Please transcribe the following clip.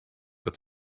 but